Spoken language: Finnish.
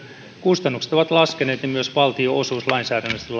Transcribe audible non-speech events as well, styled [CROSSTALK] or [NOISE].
kustannukset ovat laskeneet niin myös valtionosuus lainsäädännöllisesti [UNINTELLIGIBLE]